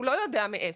הוא אלא יודע מאיפה.